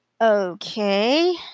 Okay